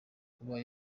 kuba